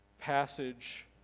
passage